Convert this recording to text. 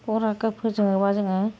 बाव रागा फोजोङोब्ला जोङो